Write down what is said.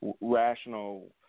rational